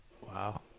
Wow